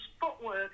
footwork